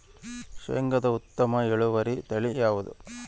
ಶೇಂಗಾದ ಉತ್ತಮ ಇಳುವರಿ ತಳಿ ಯಾವುದು?